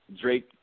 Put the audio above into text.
Drake